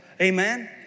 amen